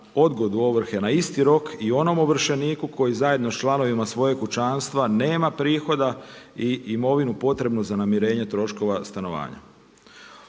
odgodu ovrhe na isti rok i onom ovršeniku koji zajedno sa članovima svojeg kućanstva nema prihoda i imovinu potrebnu za namirenje troškova stanovanja.